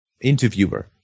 interviewer